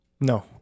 No